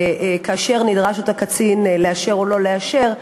כאשר אותו קצין נדרש לאשר או לא לאשר,